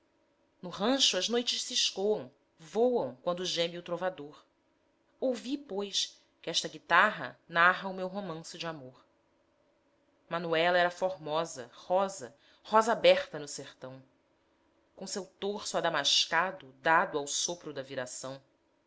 no rancho as noites se escoam voam quando geme o trovador ouvi pois que esta guitarra narra o meu romance de amor manuela era formosa rosa rosa aberta no sertão com seu torço adamascado dado ao sopro da viração